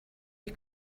you